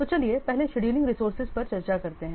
तो चलिए पहले शेड्यूलिंग रिसोर्सेज पर चर्चा करते हैं